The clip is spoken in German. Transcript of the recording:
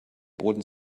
boden